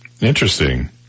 interesting